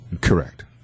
Correct